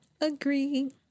Agree